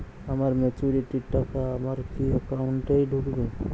আমার ম্যাচুরিটির টাকা আমার কি অ্যাকাউন্ট এই ঢুকবে?